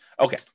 Okay